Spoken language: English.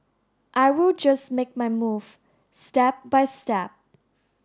I will just make my move step by step